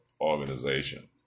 organization